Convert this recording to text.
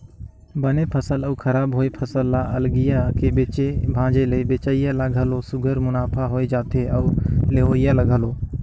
बने फसल अउ खराब होए फसल ल अलगिया के बेचे भांजे ले बेंचइया ल घलो सुग्घर मुनाफा होए जाथे अउ लेहोइया ल घलो